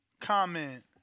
comment